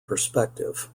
perspective